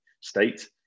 state